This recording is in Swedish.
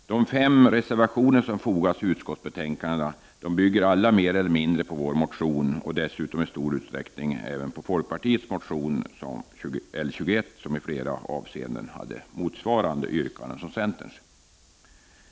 De fem reservationer som har fogats till utskottsbetänkandet bygger alla mer eller mindre på vår motion och dessutom istor utsträckning på folkpartiets motion L21, som i flera avseenden innehåller yrkanden som motsvarar dem i centerns motion.